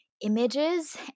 Images